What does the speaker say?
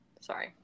sorry